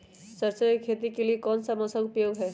सरसो की खेती के लिए कौन सा मौसम उपयोगी है?